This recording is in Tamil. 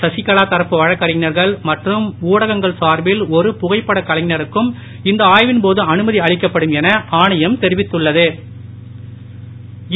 சசிகலா தரப்பு வழக்கறிஞர்கன் மற்றும் ஊடகங்கள் சார்பில் ஒரு புகைப்பட கலைஞருக்கும் இந்த ஆய்வின் போது அனுமதி அளிக்கப்படும் என ஆணையம் தெரிவித்துள்ள து